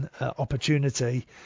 opportunity